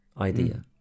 idea